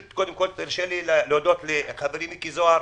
תרשה לי קודם כל להודות לחברי מיקי זוהר,